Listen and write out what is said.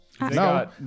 No